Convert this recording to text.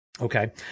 Okay